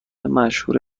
مشهور